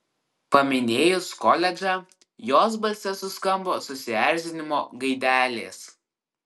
paminėjus koledžą jos balse suskambo susierzinimo gaidelės